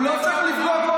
הוא לא צריך לפגוע,